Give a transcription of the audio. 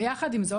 ויחד עם זאת,